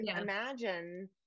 imagine